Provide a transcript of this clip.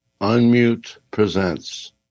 Unmutepresents